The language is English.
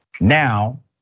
Now